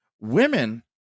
women